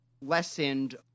lessened